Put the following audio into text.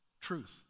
Truth